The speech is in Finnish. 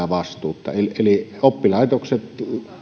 vastuuta yrityksille eli oppilaitokset